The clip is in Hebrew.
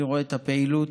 אני רואה את הפעילות